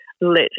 let